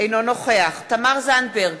אינו נוכח תמר זנדברג,